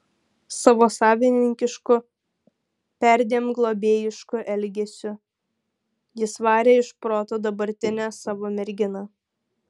savo savininkišku perdėm globėjišku elgesiu jis varė iš proto dabartinę savo merginą